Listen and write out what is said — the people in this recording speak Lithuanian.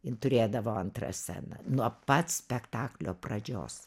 jin turėdavo antrą sceną nuo pat spektaklio pradžios